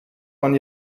man